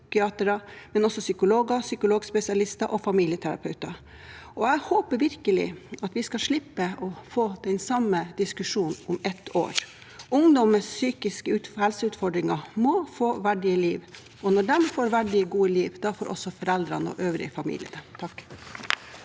men også psykologer, psykologspesialister og familieterapeuter.» Jeg håper virkelig vi slipper å få den samme diskusjonen om et år. Ungdom med psykiske helseutfordringer må få et verdig liv, og når de får et verdig, godt liv, får også foreldrene og øvrig familie det. Bård